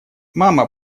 мама